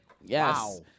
Yes